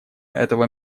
этого